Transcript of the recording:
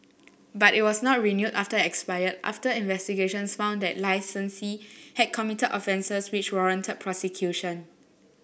but it was not renewed after it expired after investigations found that the licensee had committed offences which warranted prosecution